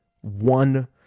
One